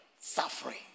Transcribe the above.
suffering